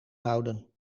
houden